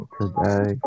today